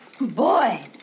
Boy